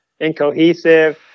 incohesive